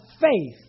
faith